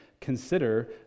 consider